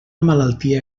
malaltia